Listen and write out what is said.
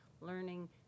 learning